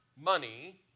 money